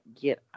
get